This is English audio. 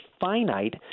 finite